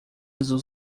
azul